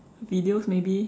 videos maybe